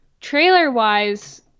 Trailer-wise